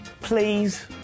Please